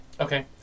Okay